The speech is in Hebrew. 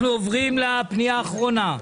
אנחנו עוברים לפנייה האחרונה,